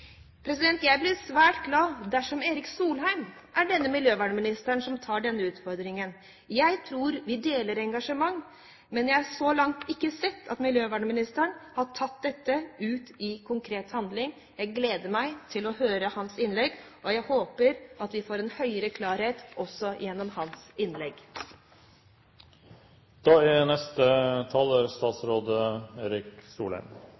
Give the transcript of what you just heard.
Jeg blir svært glad dersom Erik Solheim er den miljøvernministeren som tar denne utfordringen. Jeg tror vi deler engasjementet, men jeg har så langt ikke sett at miljøvernministeren har vist dette i konkret handling. Jeg gleder meg til å høre hans innlegg, og jeg håper at vi får en høyere klarhet også gjennom hans innlegg.